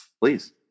Please